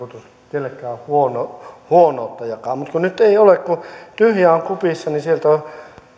kellekään huonoutta jakaa mutta nyt ei ole kun on tyhjää kupissa niin sieltä